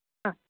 ആ